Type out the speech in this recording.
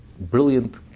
brilliant